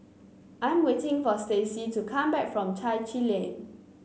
I am waiting for Stacy to come back from Chai Chee Lane